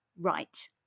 right